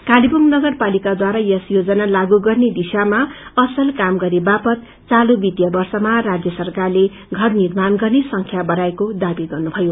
कालेबुङ नगर पालिकाद्वारा यो योजना लागू गर्ने दिशामा असल काम गरे वापत चालू वित्तीय वर्षमा राष्य सरकारले षर निर्माण गर्ने संख्या बकाएको दावी गर्नुभयो